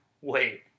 Wait